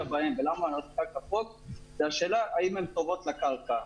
בהן זו השאלה האם הן טובות לקרקע.